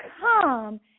come